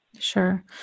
Sure